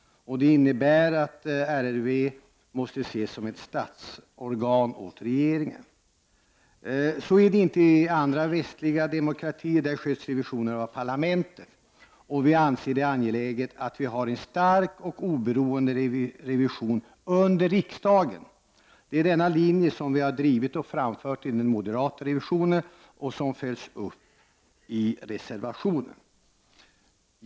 Det innebär att RRV måste ses som ett statsorgan åt regeringen. Så förhåller det sig inte i andra västliga demokratier. Där sköts revisionen av parlamenten. Vi anser det angeläget att vi har en stark och oberoende revision som står under riksdagen. Det är denna linje som vi har drivit och framfört i den moderata motionen och som vi följer upp i reservationen.